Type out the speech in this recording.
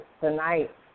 tonight